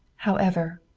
however,